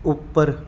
ਉੱਪਰ